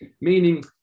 meaning